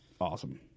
awesome